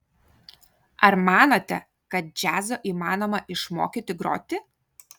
ar manote kad džiazo įmanoma išmokyti groti